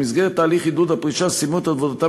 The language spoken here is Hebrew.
ובמסגרת תהליך עידוד הפרישה סיימו את עבודתם